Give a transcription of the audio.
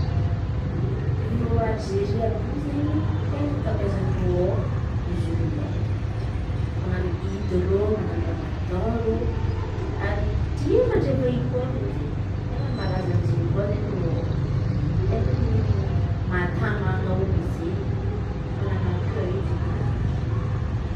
Ireo Alzery àby io izen̈y ten̈a ankabeazan-dreo ao mizilman. Ia, manan̈o idy reo, manan̈o ramadan reo. Ary tia mandray vahiny koa reo ao ten̈a ny mahatamana olo izen̈y manan̈o akeiy izen̈y ireo.